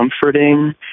comforting